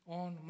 on